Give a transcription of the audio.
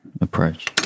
approach